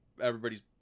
everybody's